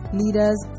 leaders